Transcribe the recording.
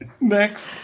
Next